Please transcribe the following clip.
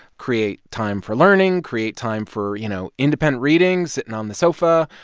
create time for learning, create time for, you know, independent reading sitting on the sofa,